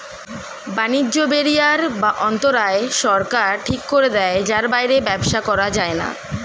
বাণিজ্য ব্যারিয়ার বা অন্তরায় সরকার ঠিক করে দেয় যার বাইরে ব্যবসা করা যায়না